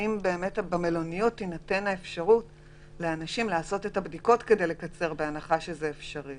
האם במלוניות תינתן לאנשים אפשרות לעשות את הבדיקות כדי לקצר את התקופה?